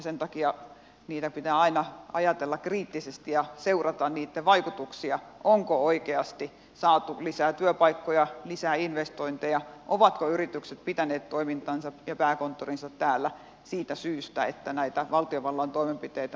sen takia niitä pitää aina ajatella kriittisesti ja seurata niitten vaikutuksia onko oikeasti saatu lisää työpaikkoja lisää investointeja ovatko yritykset pitäneet toimintansa ja pääkonttorinsa täällä siitä syystä että näitä valtiovallan toimenpiteitä on tehty